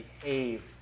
behave